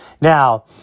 Now